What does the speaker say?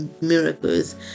miracles